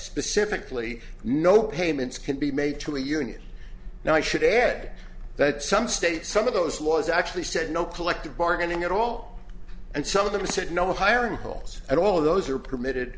specifically no payments can be made to a union and i should add that some states some of those laws actually said no collective bargaining at all and some of them said no hiring holes at all those are permitted